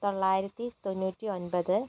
തൊള്ളായിരിത്തി തൊണ്ണൂറ്റി ഒൻപത്